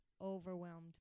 overwhelmed